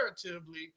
comparatively